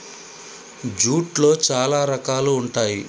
జూట్లో చాలా రకాలు ఉంటాయి